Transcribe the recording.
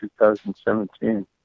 2017